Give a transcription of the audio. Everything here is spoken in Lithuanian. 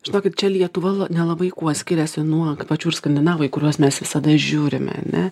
žinokit čia lietuva nelabai kuo skiriasi nuo pačių ir skandinavai į kuriuos mes visada žiūrime ane